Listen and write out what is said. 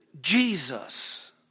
Jesus